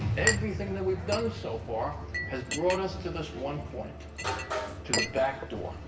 everything that we've done so far has brought us to this one point to the back door.